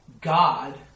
God